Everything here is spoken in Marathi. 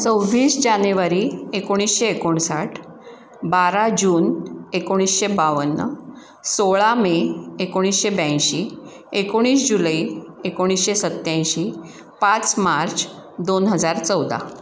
सव्वीस जानेवारी एकोणीसशे एकोणसाठ बारा जून एकोणीसशे बावन्न सोळा मे एकोणीसशे ब्याऐंशी एकोणीस जुलै एकोणीसशे सत्त्याऐंशी पाच मार्च दोन हजार चौदा